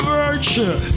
virtue